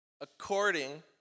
according